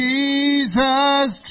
Jesus